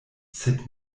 sed